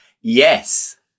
Yes